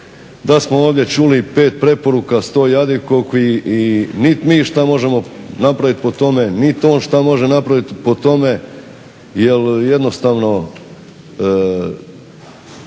da smo ovdje čuli i pet preporuka, sto jadikovki i nit mi što možemo napraviti po tome nit on što